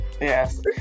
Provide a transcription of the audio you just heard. yes